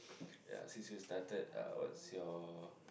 ya since you started uh what's your